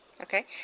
Okay